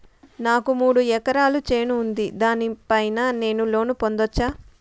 నాకు మూడు ఎకరాలు చేను ఉంది, దాని పైన నేను లోను పొందొచ్చా?